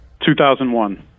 2001